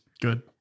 Good